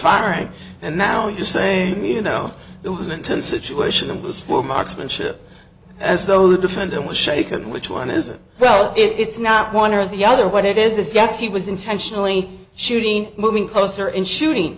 firing and now you say you know it was an intense situation and was full marksmanship as though the defendant was shaken which one is a well it's not one or the other what it is is yes he was intentionally shooting moving closer and shooting